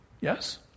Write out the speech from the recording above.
yes